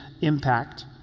impact